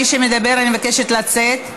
מי שמדבר, אני מבקשת לצאת.